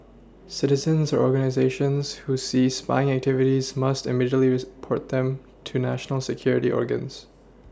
citizens organisations who see spying activities must immediately them to national security organs